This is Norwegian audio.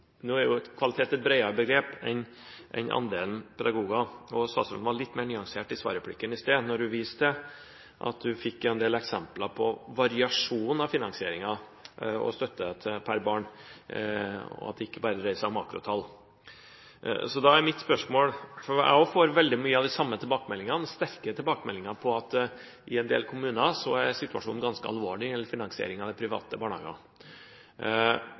Nå er jo «kvalitet» et bredere begrep enn andelen pedagoger. Statsråden var litt mer nyansert i svarreplikken i sted, da hun viste til at man fikk en del eksempler på variasjon av finansieringen og støtte per barn, og at det ikke bare dreide seg om makrotall. Så til mitt spørsmål. Jeg får også veldig mange av de samme sterke tilbakemeldingene på at i en del kommuner er situasjonen ganske alvorlig når det gjelder finansieringen av de private